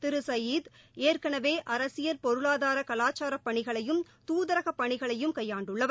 திரு சயீத் ஏற்கனவே அரசியல் பொருளாதார கலாச்சாரப் பணிகளையும் தூதரகப் பணிகளையும் கையாண்டுள்ளவர்